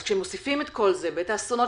אז כאשר מוסיפים את כל זה ואת האסונות